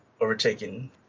overtaken